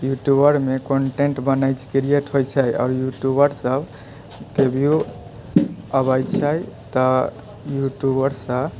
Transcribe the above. यूट्यूबरमे content बनै create होइ छै यूट्यूबर सबके व्यू अबै छै तऽ यूट्यूबरसँ